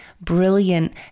brilliant